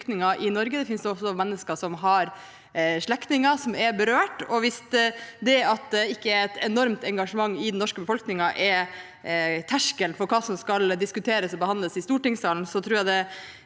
mennesker som har slektninger som er berørt. Hvis det er et enormt engasjement i den norske befolkningen som er terskelen for hva som skal diskuteres og behandles i stortingssalen, tror jeg det